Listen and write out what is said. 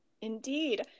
Indeed